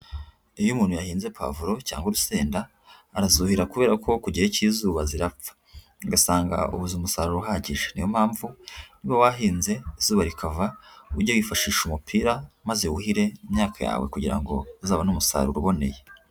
Iyo umuntu yahinze pavuro cyangwa urusenda, arazura kubera ko ku gihe k'izuba zirapfa, ugasanga ubuze umusaruro uhagije, niyo mpamvu niba wahinze izuba rikava ujye wifashisha umupira maze wuhire imyaka yawe kugira ngo uzabone umusaruro uboneye.